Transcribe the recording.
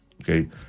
okay